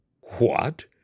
What